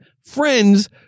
friends